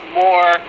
more